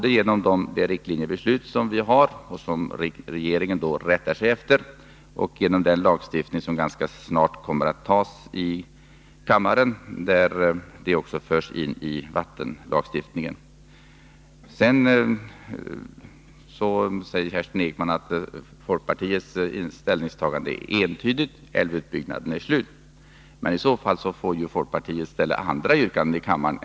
De är skyddade både genom de riktlinjer som vi har beslutat om och som regeringen rättar sig efter och genom den lagstiftning som ganska snart kommer att beslutas i kammaren, när skyddet förs in också i vattenlagstiftningen. Kerstin Ekman sade vidare att folkpartiets ställningstagande är entydigt: Älvutbyggnaden är slut. I så fall får folkpartiet ställa andra yrkanden i kammaren.